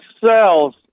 cells